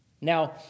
Now